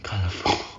colourful